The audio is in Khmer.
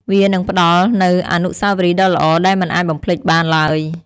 វានឹងផ្តល់នូវអនុស្សាវរីយ៍ដ៏ល្អដែលមិនអាចបំភ្លេចបានឡើយ។